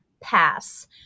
pass